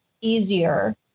easier